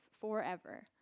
forever